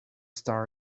star